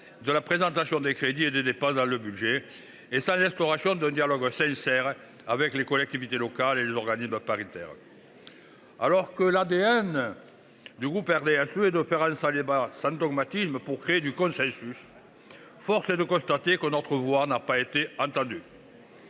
de la présentation des crédits et des dépenses dans le budget, et sans l’instauration d’un dialogue sincère avec les collectivités locales et les organismes paritaires ? Alors que l’ADN du groupe RDSE est de faire avancer les débats sans dogmatisme pour créer du consensus, force est de constater que notre voix n’a pas été entendue.